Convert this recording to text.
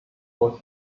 was